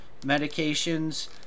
medications